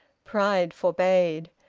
pride forbade,